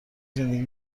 زندگی